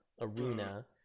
arena